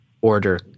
order